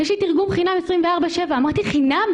יש לי תרגום חינם 24/7. אמרתי: חינם?